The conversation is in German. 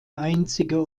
einzige